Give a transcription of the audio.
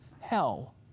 hell